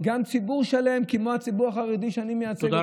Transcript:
גם של ציבור שלם כמו הציבור החרדי שאני מייצג אותו.